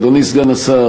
אדוני סגן השר,